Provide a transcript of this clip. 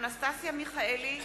אנסטסיה מיכאלי,